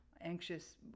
anxious